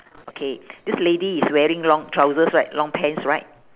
okay this lady is wearing long trousers right long pants right